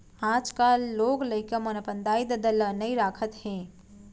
आजकाल लोग लइका मन अपन दाई ददा ल नइ राखत हें